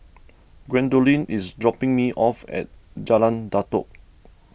Gwendolyn is dropping me off at Jalan Datoh